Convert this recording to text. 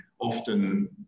often